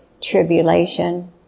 tribulation